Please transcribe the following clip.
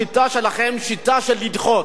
השיטה שלכם היא שיטה של לדחות,